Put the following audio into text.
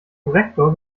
korrektor